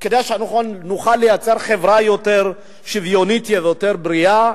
כדי שנוכל לייצר חברה יותר שוויונית, יותר בריאה,